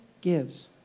gives